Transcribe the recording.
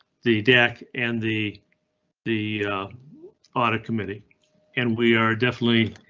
the deck and the the audit committee and we are definitely.